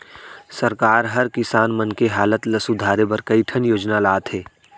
सरकार हर किसान मन के हालत ल सुधारे बर कई ठन योजना लाथे